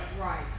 right